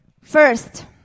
First